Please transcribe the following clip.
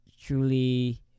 truly